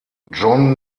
john